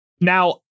Now